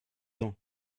dents